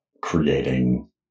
creating